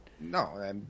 No